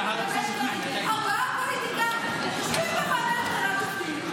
אתה יודע מי בחר את השופטים?